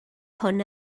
hwn